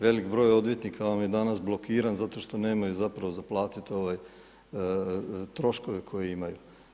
Velik broj odvjetnika vam je danas blokiran zato što nemaju zapravo za platiti troškove koje imaju.